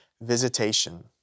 visitation